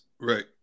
Right